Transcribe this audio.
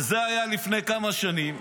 זה היה לפני כמה שנים,